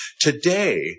Today